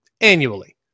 annually